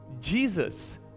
jesus